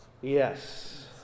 Yes